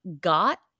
got